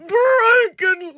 broken